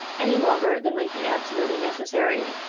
any longer than might be absolutely necessary,